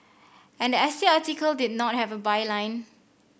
and the S T article did not have a byline